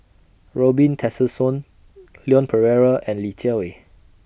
Robin Tessensohn Leon Perera and Li Jiawei